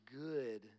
good